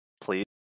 please